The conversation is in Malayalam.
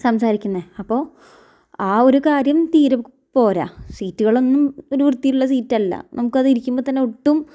സംസാരിക്കുന്നത് അപ്പോൾ ആ ഒരു കാര്യം തീരെ പോര സീറ്റുകളൊന്നും ഒരു വൃത്തിയുള്ള സീറ്റല്ല നമുക്കത് ഇരിക്കുമ്പം തന്നെ ഒട്ടും